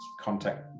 contact